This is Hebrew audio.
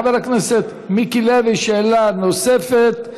חבר הכנסת מיקי לוי, שאלה נוספת.